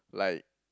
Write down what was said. like